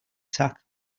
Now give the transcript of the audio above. attack